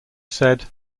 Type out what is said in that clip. said